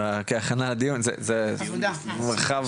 כהכנה לדיון הוא רחב,